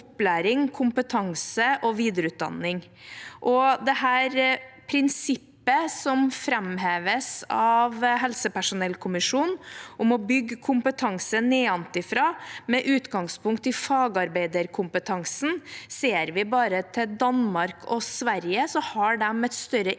kompetanse og videreutdanning. Dette prinsippet framheves av helsepersonellkommisjonen – å bygge kompetanse nedenfra med utgangspunkt i fagarbeiderkompetansen. Ser vi bare til Danmark og Sverige, har de et større innslag